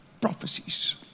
prophecies